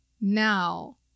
now